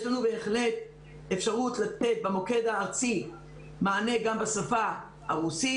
יש לנו בהחלט אפשרות לתת במוקד הארצי מענה גם בשפה הרוסית.